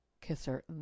kisser